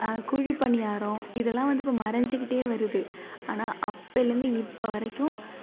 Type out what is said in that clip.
குழி பணியாரோம் இதெலாம் வந்து இப்போ மறைஞ்சிக்கிட்டே வருது ஆனால் அப்பேலேந்து இப்போ வரைக்கும்